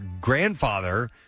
grandfather